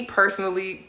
personally